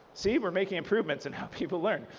see, we're making improvements in how people learn.